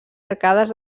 arcades